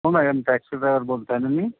हो madam taxi driver बोलत आहे नं मी